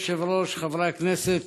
אדוני היושב-ראש, חברי הכנסת,